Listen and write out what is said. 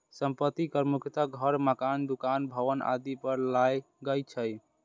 संपत्ति कर मुख्यतः घर, मकान, दुकान, भवन आदि पर लागै छै